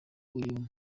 uyu